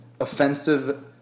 offensive